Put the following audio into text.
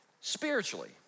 spiritually